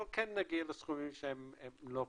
אבל כן נגיע לסכומים שהם לא קטנים.